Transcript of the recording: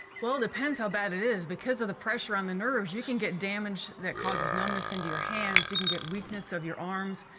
depends how bad it is. because of the pressure on the nerves, you can get damage that causes numbness into your hands, you can get weakness of your arms.